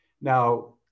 Now